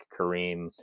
kareem